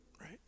right